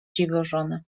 dziwożonę